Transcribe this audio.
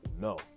no